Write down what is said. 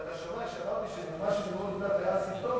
ואתה שומע שאמרתי שנאומה של לימור לבנת היה סימפטום,